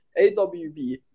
AWB